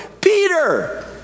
Peter